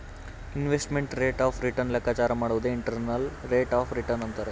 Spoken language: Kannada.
ಇನ್ವೆಸ್ಟ್ಮೆಂಟ್ ರೇಟ್ ಆಫ್ ರಿಟರ್ನ್ ಲೆಕ್ಕಾಚಾರ ಮಾಡುವುದೇ ಇಂಟರ್ನಲ್ ರೇಟ್ ಆಫ್ ರಿಟರ್ನ್ ಅಂತರೆ